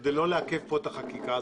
כדי לא לעכב את החקיקה,